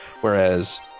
whereas